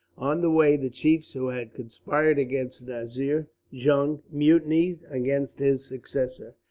on the way, the chiefs who had conspired against nazir jung mutinied against his successor.